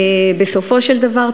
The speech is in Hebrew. בסופו של דבר,